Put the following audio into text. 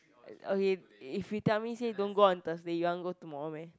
okay if we tell me say don't go on Thursday you want go tomorrow meh